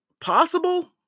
Possible